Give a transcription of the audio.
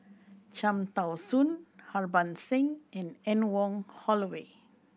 Cham Tao Soon Harbans Singh and Anne Wong Holloway